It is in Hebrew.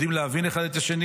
יודעים להבין אחד את השני,